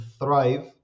thrive